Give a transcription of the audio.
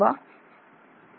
Refer Time 2205